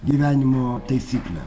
gyvenimo taisyklę